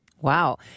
Wow